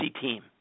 team